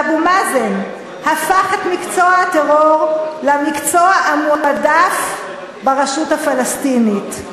שאבו מאזן הפך את מקצוע הטרור למקצוע המועדף ברשות הפלסטינית.